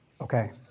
Okay